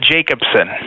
Jacobson